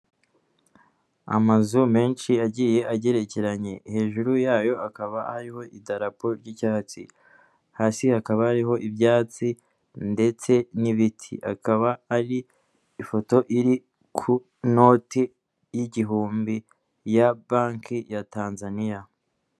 Amazu menshi yagiye agerekeranye, hejuru yayo hakaba hariho idarapo ry'icyatsi, hasi hakaba hari ibyatsi ndetse n'ibiti , akaba ari ifoto iri ku noti y'igihumbi ya banki ya Tanzania.